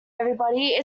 everybody